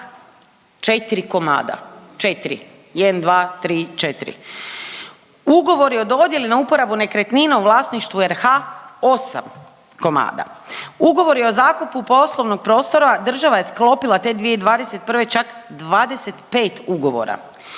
čak 4 komada, 4, jen', dva, tri, četiri. Ugovori o dodjeli na uporabu nekretnina u vlasništvu RH 8 komada. Ugovori o zakupu poslovnog prostora, država je sklopila te 2021. čak 25 ugovora.